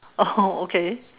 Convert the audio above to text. oh okay